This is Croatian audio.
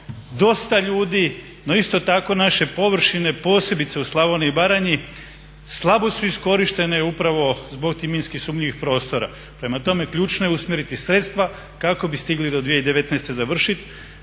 dosta ljudi. No isto tako naše površine, posebice u Slavoniji i Baranji slabo su iskorištene upravo zbog tih minski sumnjivih prostora. Prema tome, ključno je usmjeriti sredstva kako bi stigli do 2019. završiti.